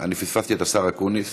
אני פספסתי את השר אקוניס,